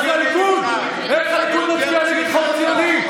גם הליכוד, איך הליכוד מצביע נגד חוק ציוני?